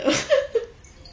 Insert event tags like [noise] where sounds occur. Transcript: [laughs]